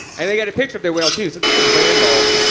and they get a picture of their whale too. so this is randolph,